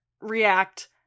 react